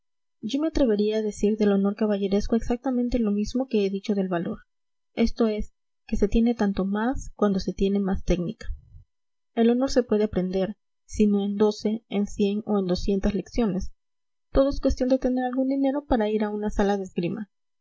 yo me atrevería a decir del honor caballeresco exactamente lo mismo que he dicho del valor esto es que se tiene tanto más cuanto se tiene más técnica el honor se puede aprender si no en doce en cien o en doscientas lecciones todo es cuestión de tener algún dinero para ir a una sala de